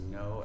no